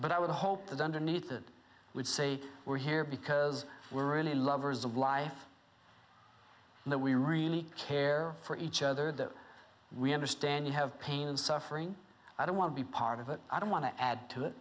but i would hope that underneath it would say we're here because we're really lovers of life that we really care for each other that we understand you have pain and suffering i don't want to be part of it i don't want to add to it